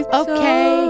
okay